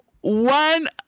one